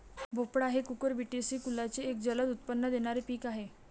भोपळा हे कुकुरबिटेसी कुलाचे एक जलद उत्पन्न देणारे पीक आहे